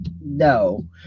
No